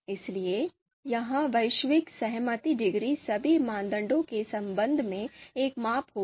इसलिए यह वैश्विक सहमति डिग्री सभी मानदंडों के संबंध में एक माप होगी